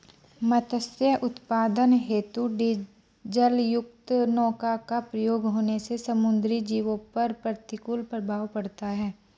मत्स्य उत्पादन हेतु डीजलयुक्त नौका का प्रयोग होने से समुद्री जीवों पर प्रतिकूल प्रभाव पड़ता है